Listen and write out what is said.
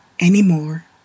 anymore